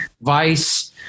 vice